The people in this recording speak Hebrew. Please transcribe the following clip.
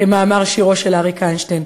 כמאמר שירו של אריק איינשטיין,